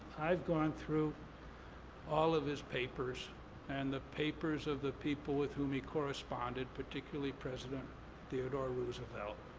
i've gone through all of his papers and the papers of the people with whom he corresponded, particularly president theodore roosevelt.